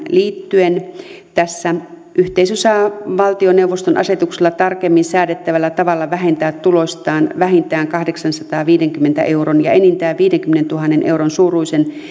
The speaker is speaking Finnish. liittyen tässä yhteisö saa valtioneuvoston asetuksella tarkemmin säädettävällä tavalla vähentää tuloistaan vähintään kahdeksansadanviidenkymmenen euron ja enintään viidenkymmenentuhannen euron suuruisen